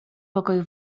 pokoju